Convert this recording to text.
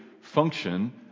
function